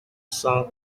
cent